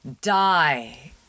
die